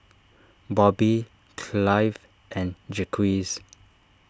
Bobby Clive and Jacquez